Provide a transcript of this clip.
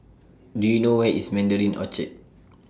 Do YOU know Where IS Mandarin Orchard